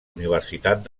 universitat